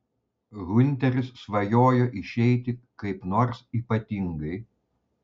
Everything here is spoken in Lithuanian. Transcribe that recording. hunteris svajojo išeiti kaip nors ypatingai